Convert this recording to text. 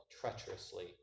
treacherously